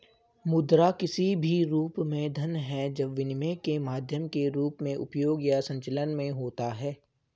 मुद्रा किसी भी रूप में धन है जब विनिमय के माध्यम के रूप में उपयोग या संचलन में होता है